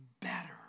better